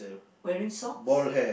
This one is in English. wearing socks